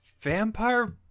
vampire